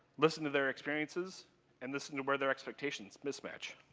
listen to their experiences and listen to where their expectations mismatch.